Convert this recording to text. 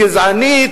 גזענית,